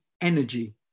energy